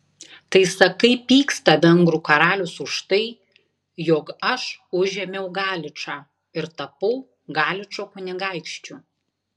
tai sakai pyksta vengrų karalius už tai jog aš užėmiau galičą ir tapau galičo kunigaikščiu